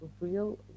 real